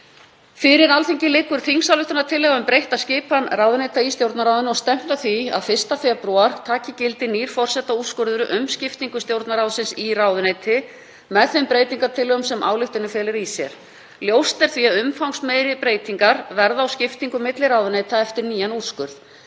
Fyrir Alþingi liggur þingsályktunartillaga um breytta skipan ráðuneyta í Stjórnarráði Íslands og stefnt er að því að 1. febrúar taki gildi nýr forsetaúrskurður um skiptingu Stjórnarráðsins í ráðuneyti, með þeim breytingartillögum sem ályktunin felur í sér. Ljóst er því að umfangsmeiri breytingar verða á skiptingu milli ráðuneyta eftir nýjan úrskurð.